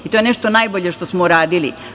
I to je nešto najbolje što smo uradili.